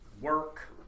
work